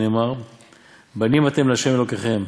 שנאמר 'בנים אתם לה' אלהיכם'.